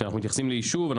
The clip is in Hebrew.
כשאנחנו מתייחסים לישוב,